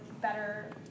better